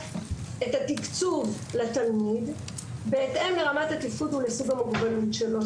את התקצוב לתלמיד בהתאם לרמת התפקוד ולסוג המוגבלות שלו.